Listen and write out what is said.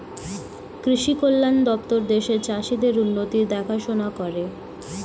কৃষি কল্যাণ দপ্তর দেশের চাষীদের উন্নতির দেখাশোনা করে